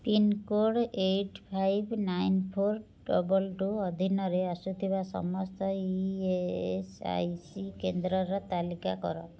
pin code eight five nine four double two ଅଧୀନରେ ଆସୁଥିବା ସମସ୍ତ E A S I C କେନ୍ଦ୍ରର ତାଲିକା କର